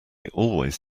always